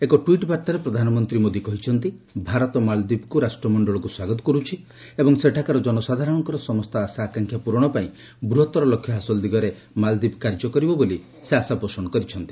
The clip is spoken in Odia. ଏକ ଟ୍ୱିଟ୍ ବାର୍ତ୍ତାରେ ପ୍ରଧାନମନ୍ତ୍ରୀ ମୋଦି କହିଛନ୍ତି ଭାରତ ମାଳଦୀପକୁ ରାଷ୍ଟ୍ର ମଣ୍ଡଳକୁ ସ୍ୱାଗତ କରୁଛି ଏବଂ ସେଠାକାର ଜନସାଧାରଣଙ୍କର ସମସ୍ତ ଆଶା ଆକାଂକ୍ଷା ପୂରଣ ପାଇଁ ବୃହତ୍ତର ଲକ୍ଷ୍ୟ ହାସଲ ଦିଗରେ କାର୍ଯ୍ୟ କରିବ ବୋଲି ଆଶା ପୋଷଣ କରିଛନ୍ତି